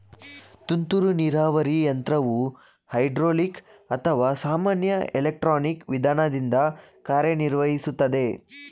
ತುಂತುರು ನೀರಾವರಿ ಯಂತ್ರವು ಹೈಡ್ರೋಲಿಕ್ ಅಥವಾ ಸಾಮಾನ್ಯ ಎಲೆಕ್ಟ್ರಾನಿಕ್ ವಿಧಾನದಿಂದ ಕಾರ್ಯನಿರ್ವಹಿಸುತ್ತದೆ